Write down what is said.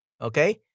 Okay